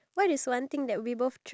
oh ya